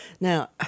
Now